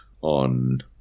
on